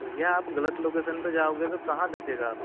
तो भैया आप गलत लोकेशन पे जाओगे तो कहाँ दिखेगा आपको